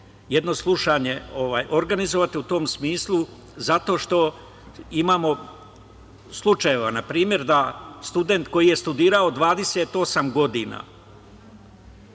jedno slušanje organizovati u tom smislu, zato što imamo slučajeva, na primer, da student koji je studirao 28 godina,